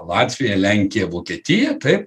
latvija lenkija vokietija taip